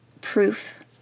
proof